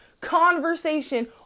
conversation